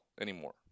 anymore